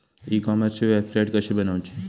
E कॉमर्सची website कशी बनवची?